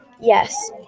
Yes